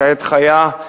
כעת חיה,